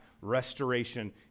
restoration